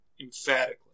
emphatically